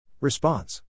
Response